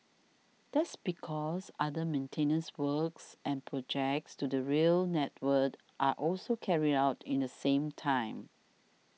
that's because other maintenance works and projects to the rail network are also carried out in the same time